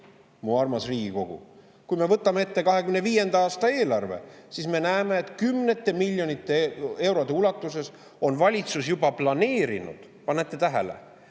mu armas Riigikogu. Kui me võtame ette 2025. aasta eelarve [eelnõu], siis me näeme, et kümnete miljonite eurode ulatuses on valitsus juba planeerinud – pange tähele!